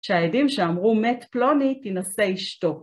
כשהעדים שאמרו מת פלוני, תנשא אשתו.